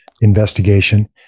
investigation